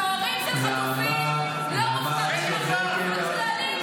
שהורים של חטופים לא מופקרים בחוץ.